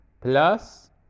plus